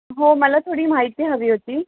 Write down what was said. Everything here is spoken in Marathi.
हो मला थोडी माहिती हवी होती